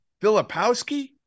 Filipowski